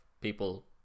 people